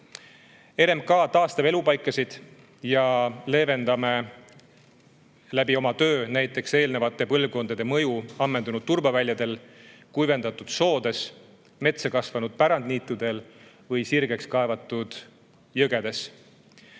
RMK taastab elupaikasid. Me leevendame oma tööga näiteks eelnevate põlvkondade [tekitatud] mõju ammendunud turbaväljadel, kuivendatud soodes, metsa kasvanud pärandniitudel ja sirgeks kaevatud jõgedes.